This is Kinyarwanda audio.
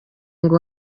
ngo